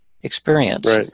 experience